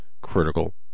critical